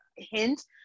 hint